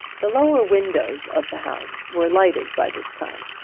the lower windows of the house were lighted by this time,